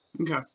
okay